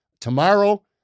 Tomorrow